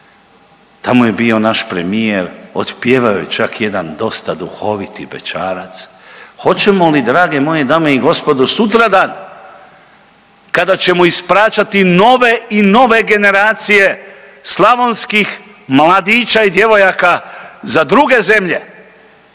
Tamo je bio naš premijer, otpjevao je čak jedan dosta duhoviti bećarac. Hoćemo li drage moje dame i gospodo sutradan kada ćemo ispraćati nove i nove generacije slavonskih mladića i djevojaka za druge zemlje